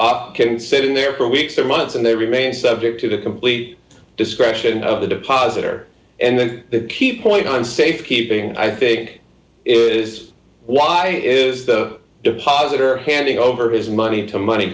up can sit in there for weeks or months and they remain subject to the complete discretion of the deposit or and the key point on safekeeping i think is why is the deposit or handing over his money to money